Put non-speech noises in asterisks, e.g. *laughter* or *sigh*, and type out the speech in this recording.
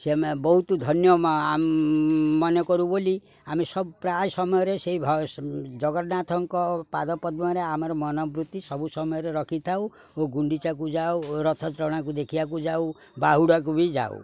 ସେ ବହୁତ ଧନ୍ୟ *unintelligible* ମନେ କରୁ ବୋଲି ଆମେ ସବୁ ପ୍ରାୟ ସମୟରେ ସେଇ ଜଗନ୍ନାଥଙ୍କ ପାଦ ପଦ୍ମରେ ଆମର ମନବୃତ୍ତି ସବୁ ସମୟରେ ରଖିଥାଉ ଓ ଗୁଣ୍ଡିଚାକୁ ଯାଉ ରଥ ଟଣାକୁ ଦେଖିବାକୁ ଯାଉ ବାହୁଡ଼ାକୁ ବି ଯାଉ